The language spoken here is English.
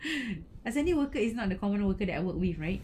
the worker is not the common worker that I work with right